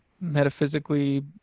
metaphysically